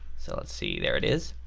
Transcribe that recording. so lets see there it is,